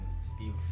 Steve